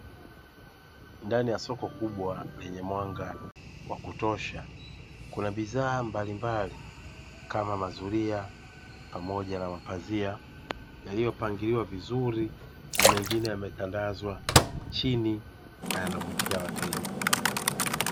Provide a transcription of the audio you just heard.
Ndani ya soko kubwa lenye mwanga wa kutosha, kuna bidhaa mbalimbali kama mazulia pamoja na mapazia yaliyopangiliwa vizuri na mengine yametandazwa chini na yanavutia wateja.